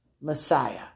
Messiah